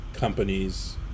Companies